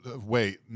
wait